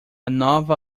nova